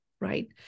right